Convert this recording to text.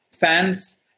fans